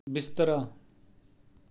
ਬਿਸਤਰਾ